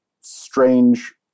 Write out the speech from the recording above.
strange